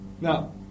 Now